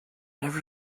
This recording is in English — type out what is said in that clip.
never